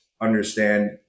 understand